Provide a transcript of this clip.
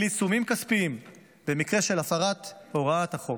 עיצומים כספיים במקרה של הפרת הוראות החוק.